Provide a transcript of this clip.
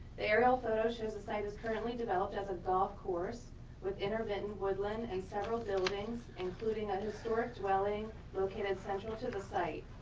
the aerial photo shows the site is currently developed as a golf course with intermittent woodland and several buildings including a historic dwelling located central to the site.